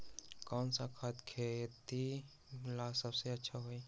कौन सा खाद खेती ला सबसे अच्छा होई?